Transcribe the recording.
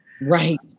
Right